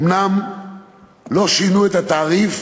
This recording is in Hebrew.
אומנם לא שינו את התעריף,